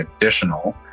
additional